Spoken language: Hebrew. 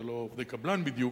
זה לא עובדי קבלן בדיוק,